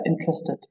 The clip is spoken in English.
interested